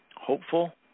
hopeful